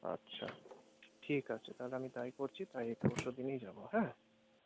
আচ্ছা ঠিক আছে তাহলে আমি তাই করছি তাই পরশুদিনই যাবো হ্যাঁ